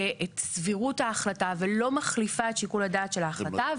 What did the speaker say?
סבירות ההחלטה ולא מחליפה את שיקול הדעת של ההחלטה,